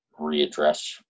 readdress